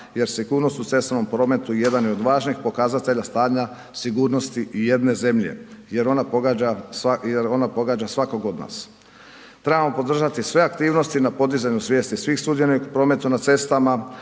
jer sigurnost u cestovnom prometu jedan je od važnijih pokazatelja stanja sigurnosti ijedne zemlje jer ona pogađa svakog od nas. Trebamo podržati sve aktivnosti na podizanju svijesti svih sudionika u prometu na cestama,